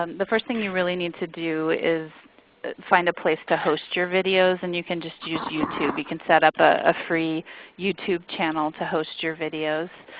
um the first thing you really need to do is find a place to host your videos and you can just use youtube. you can set up a free youtube channel to host your videos.